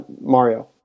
Mario